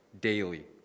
daily